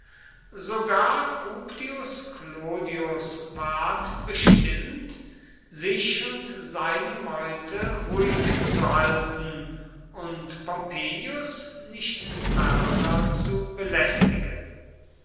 sogar publius clodius ward bestimmt sich und seine meute ruhig zu halten und pompeius nicht ferner zu belästigen